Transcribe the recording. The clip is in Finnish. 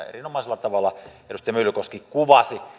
erinomaisella tavalla edustaja myllykoski kuvasi